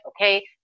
okay